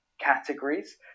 categories